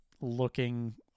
looking